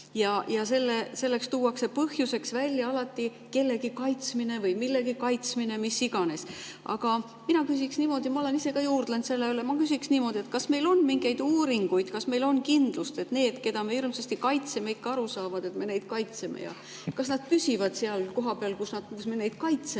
Selle põhjusena tuuakse alati kellegi kaitsmine või millegi kaitsmine, mis iganes. Aga mina küsiks niimoodi. Ma olen ise ka juurelnud selle üle, kas meil on mingeid uuringuid, kas meil on kindlust, et need, keda me hirmsasti kaitseme, ikka aru saavad, et me neid kaitseme. Kas nad püsivad seal koha peal, kus me neid kaitseme,